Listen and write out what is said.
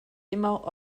immer